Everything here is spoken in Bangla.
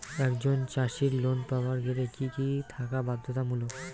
একজন চাষীর লোন পাবার গেলে কি কি থাকা বাধ্যতামূলক?